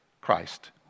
Christ